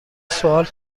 سؤال